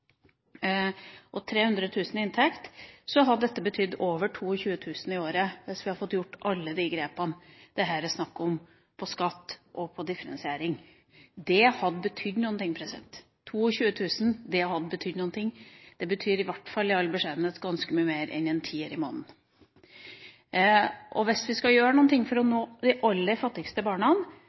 kr i inntekt, hadde dette betydd over 22 000 i året. Hvis vi hadde fått gjort alle de grepene som det her er snakk om på skatt og differensiering, hadde det betydd noe. 22 000 kr hadde i all beskjedenhet i hvert fall betydd ganske mye mer enn en tier i måneden. Hvis vi skal nå de aller fattigste